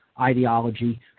ideology